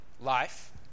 life